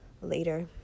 later